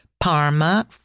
Parma